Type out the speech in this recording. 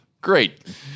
great